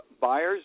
Buyer's